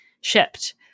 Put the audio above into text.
shipped